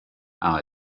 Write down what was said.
are